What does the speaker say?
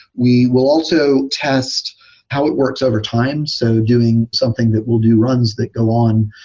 we will also test how it works overtime. so doing something that will do runs that go on.